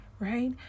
Right